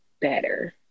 better